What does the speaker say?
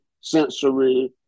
sensory